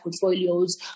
portfolios